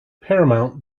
paramount